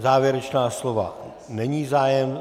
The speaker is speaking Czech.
O závěrečná slova není zájem.